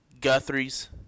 Guthrie's